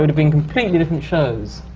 and been completely different shows.